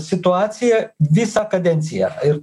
situacija visą kadenciją ir